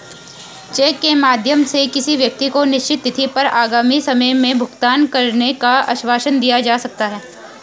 check के माध्यम से किसी व्यक्ति को निश्चित तिथि पर आगामी समय में भुगतान करने का आश्वासन दिया जा सकता है